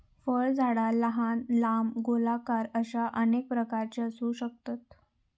फळझाडा लहान, लांब, गोलाकार अश्या अनेक प्रकारची असू शकतत